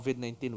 COVID-19